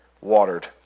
watered